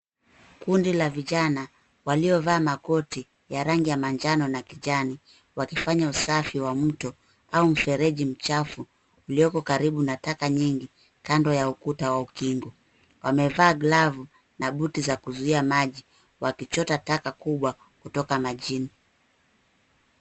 Kundi la vijana waliovaa makoti ya rangi ya manjano na kijani wakifanya usafi wa mto au mfereji mchafu, ulioko karibu na taka nyingi, kando ya ukuta ua ukingo. Wamevaa glavu, na buti za kuzuia maji, wakichota taka kubwa kutoka majini.